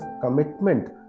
commitment